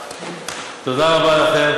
תודה רבה לכם.